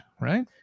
right